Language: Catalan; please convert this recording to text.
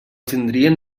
tindrien